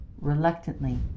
Reluctantly